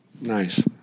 Nice